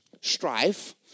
strife